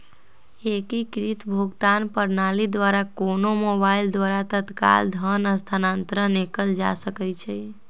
एकीकृत भुगतान प्रणाली द्वारा कोनो मोबाइल द्वारा तत्काल धन स्थानांतरण कएल जा सकैछइ